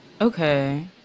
okay